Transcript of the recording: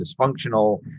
dysfunctional